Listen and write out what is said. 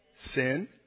sin